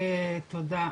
תודה.